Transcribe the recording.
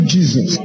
Jesus